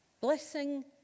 blessing